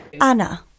Anna